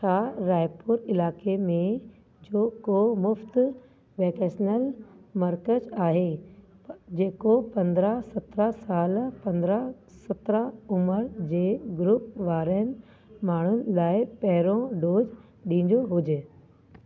छा रायपुर इलाइक़े में जो को मुफ़्त वैकेशनल मर्कज़ आहे जेको पंद्रहं सत्रहं साल पंद्रहं सत्रहं उमिरि जे ग्रुप वारनि माण्हू लाइ पहिरियों डोज ॾींदो हुजे